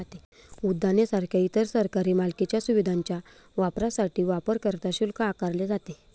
उद्याने सारख्या इतर सरकारी मालकीच्या सुविधांच्या वापरासाठी वापरकर्ता शुल्क आकारले जाते